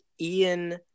Ian